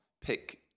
pick